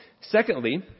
Secondly